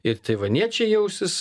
ir taivaniečiai jausis